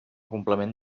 complement